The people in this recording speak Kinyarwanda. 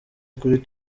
kuri